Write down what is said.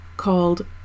called